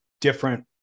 different